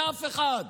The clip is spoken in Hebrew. לאף אחד,